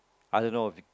I don't know if